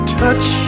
touch